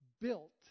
Built